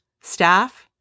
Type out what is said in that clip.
staff